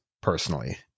personally